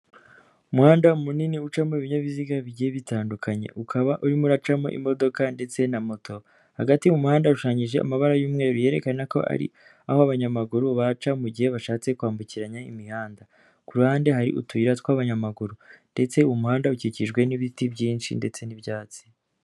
Umuhanda munini ucamo ibinyabiziga bigiye bitandukanye, ukaba urimo uracamo imodoka ndetse na moto, hagati y'umuhanda haashushanyije amabara y'umweru yerekana ko ari aho abanyamaguru baca mu gihe bashatse kwambukiranya imihanda, ku ruhande hari utuyira tw'abanyamaguru ndetse umuhanda ukikijwe n'ibiti byinshi ndetse n'ibyatsi.